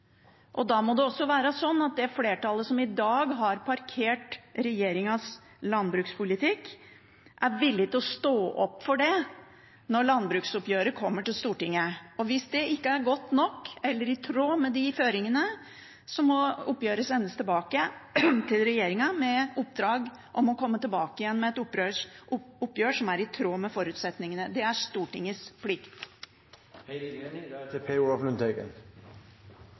ut. Da må det også være slik at det flertallet som i dag har parkert regjeringens landbrukspolitikk, er villig til å stå opp for det når landbruksoppgjøret kommer til Stortinget. Hvis det ikke er godt nok eller ikke er i tråd med de føringene, må oppgjøret sendes tilbake til regjeringen, med oppdrag om å komme tilbake igjen med et oppgjør som er i tråd med forutsetningene. Det er Stortingets